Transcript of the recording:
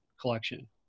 collection